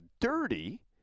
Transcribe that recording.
dirty